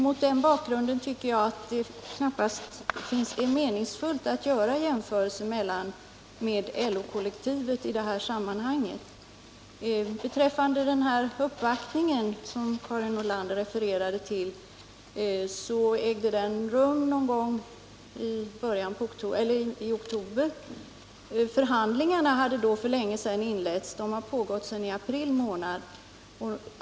Mot den bakgrunden tycker jag att det knappast är meningsfullt att göra jämförelser med LO-kollektivet i det här sammanhanget. Den uppvaktning som Karin Nordlander refererade till ägde rum någon gång i oktober. Förhandlingarna hade då för länge sedan inletts —de har pågått sedan april månad.